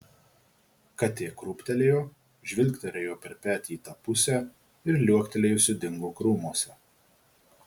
katė krūptelėjo žvilgterėjo per petį į tą pusę ir liuoktelėjusi dingo krūmuose